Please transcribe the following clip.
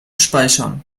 speichern